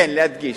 כן, להדגיש.